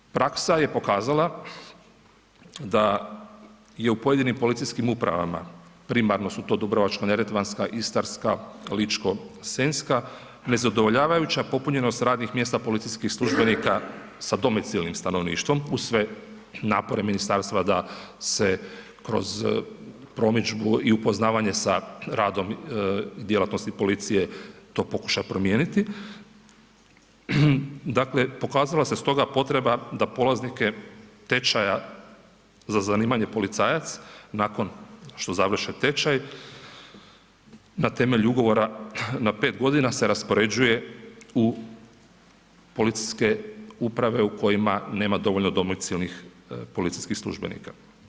Naime, praksa je pokazala da je u pojedinim policijskim upravama, primarno su to Dubrovačko-neretvanska, Istarska, Ličko-senjska nezadovoljavajuća popunjenost radnih mjesta policijskih službenika sa domicilnim stanovništvom uz sve napore ministarstva da se kroz promidžbu i upoznavanje sa radom i djelatnosti policije to pokuša promijeniti, dakle pokazala se stoga potreba da stoga polaznike tečaja za zanimanje policajac nakon što završe tečaj, na temelju ugovora na 5 g. se raspoređuje u policijske uprave u kojima nema dovoljno domicilnih policijskih službenika.